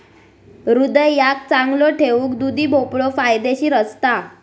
हृदयाक चांगलो ठेऊक दुधी भोपळो फायदेशीर असता